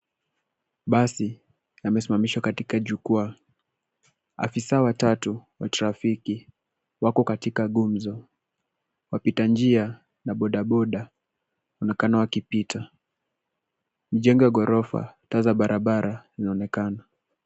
Mabasi yamesimamishwa katika jukua, afisa watatu wa trafiki wako katika gumzo, wapitanjia na bodaboda wanaonekana wakipita, mijengo ya ghorofa, taa za barabarani zinaonekana.